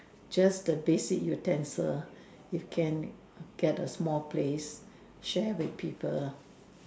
just the basic utensil you can get a small place share with people